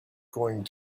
going